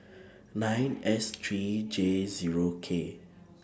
nine S three J Zero K